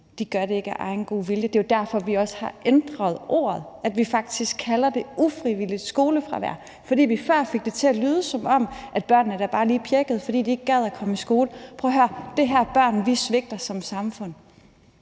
gør det ikke af egen god vilje. Det er jo derfor, vi også har ændret ordet, og at vi faktisk kalder det for ufrivilligt skolefravær. For før fik vi det til at lyde, som om børnene da bare lige pjækkede, fordi de ikke gad at komme i skole. Prøv at høre: Det her er børn, vi svigter som samfund.